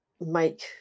make